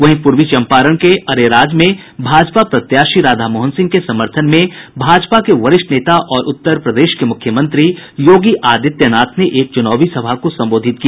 वहीं पूर्वी चम्पारण के अरेराज में भाजपा प्रत्याशी राधामोहन सिंह के समर्थन में भाजपा के वरिष्ठ नेता और उत्तर प्रदेश के मुख्यमंत्री योगी आदित्य नाथ ने एक चुनावी सभा को संबोधित किया